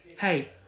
hey